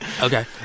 Okay